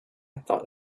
thought